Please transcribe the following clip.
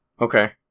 Okay